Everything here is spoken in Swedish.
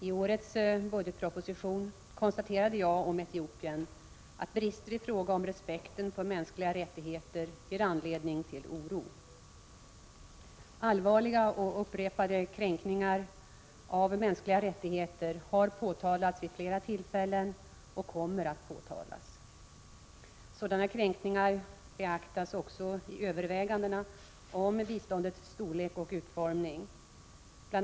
I årets budgetproposition konstaterade jag om Etiopien att brister i fråga om respekten för mänskliga rättigheter ger anledning till oro. Allvarliga och upprepade kränkningar av mänskliga rättigheter har påtalats vid flera tillfällen och kommer att påtalas. Sådana kränkningar beaktas också i övervägandena om biståndets storlek och utformning. Bl.